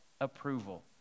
approval